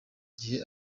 gihe